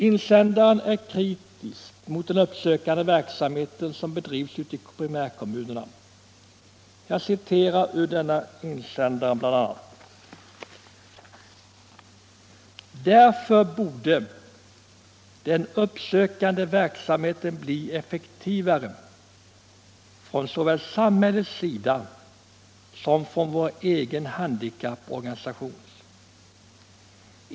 Insändaren är kritisk mot den uppsökande verksamhet som bedrivs ute i primärkommunerna. Jag citerar: ”Därför borde den uppsökande verksamheten bli effektivare från såväl samhällets sida som från vår egen handikapporganisations.